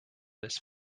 this